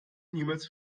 niemals